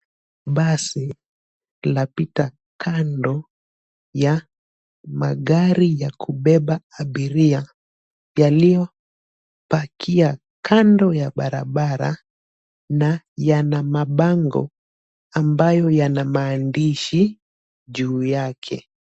Basi linapita kando ya magari ya kubeba abiria yaliyopakia kando ya barabara na yana mabango ambayo yana maandishi juu yake.